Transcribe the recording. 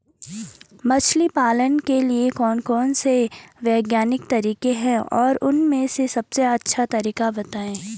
मछली पालन के लिए कौन कौन से वैज्ञानिक तरीके हैं और उन में से सबसे अच्छा तरीका बतायें?